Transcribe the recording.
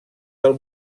del